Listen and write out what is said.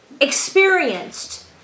experienced